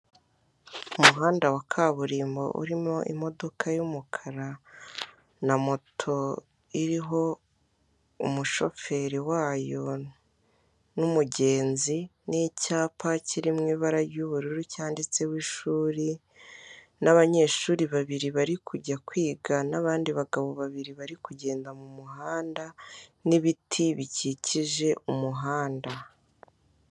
Umuhanda wa kaburimbo urimo imodoka y'umukara na moto iriho umushoferi wayo n'umugenzi; n'icyapa kiri mu ibara ry'ubururu cyanditseho ishuri; n'abanyeshuri babiri bari kujya kwiga n'abandi bagabo babiri bari kugenda mu muhanda n'ibiti bikikije umuhanda.